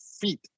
feet